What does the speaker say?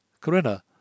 Corinna